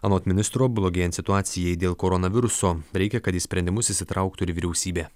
anot ministro blogėjant situacijai dėl koronaviruso reikia kad į sprendimus įsitrauktų ir vyriausybė